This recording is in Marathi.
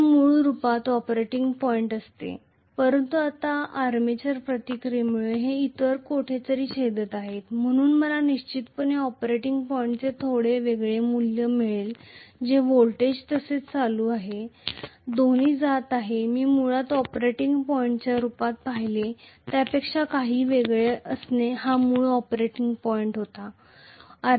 हे मूळ रूपात ऑपरेटिंग पॉईंट असते परंतु आता आर्मेचर प्रतिक्रियेमुळे ते इतर कोठेतरी छेदत आहेत म्हणून मला निश्चितपणे ऑपरेटिंग पॉईंटचे थोडे वेगळे मूल्य मिळेल जे व्होल्टेज तसेच करंट आहे मी मुळात ऑपरेटिंग पॉईंट म्हणून पाहिलेल्या काल्पनिक चित्राच्या तुलनेत दोघेही काहीसे वेगळे असणार आहेत